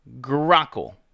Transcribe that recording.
Grockle